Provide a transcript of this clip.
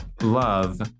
love